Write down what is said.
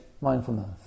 mindfulness